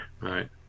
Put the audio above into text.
right